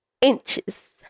inches